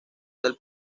del